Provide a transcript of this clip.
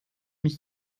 mich